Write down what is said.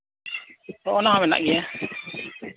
ᱚᱱᱟᱦᱚᱸ ᱢᱮᱱᱟᱜ ᱜᱮᱭᱟ